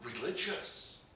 religious